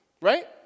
right